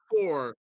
four